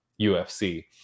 UFC